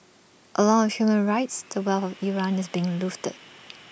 along with human rights the wealth of Iran is being looted